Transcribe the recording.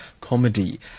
comedy